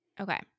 Okay